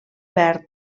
verd